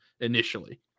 initially